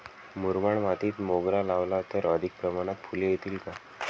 मुरमाड मातीत मोगरा लावला तर अधिक प्रमाणात फूले येतील का?